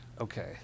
Okay